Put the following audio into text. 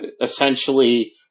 essentially